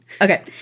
Okay